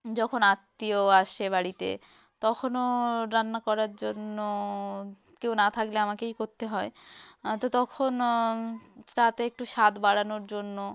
যখন আত্মীয় আসে বাড়িতে তখনও রান্না করার জন্য কেউ না থাকলে আমাকেই করতে হয় তো তখন তাতে একটু স্বাদ বাড়ানোর জন্য